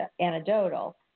anecdotal